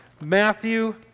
Matthew